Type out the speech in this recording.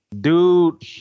dude